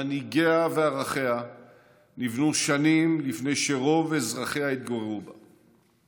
מנהיגיה וערכיה נבנו שנים לפני שרוב אזרחיה התגוררו בה.